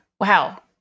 Wow